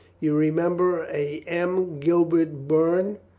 you remember a m. gilbert bourne,